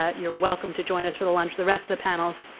ah you're welcome to join us for the lunch. the rest of the panelists,